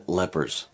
lepers